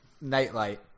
nightlight